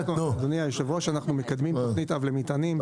אנחנו מקדמים תוכנית אב למטענים-